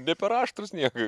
ne per aštrūs niekaip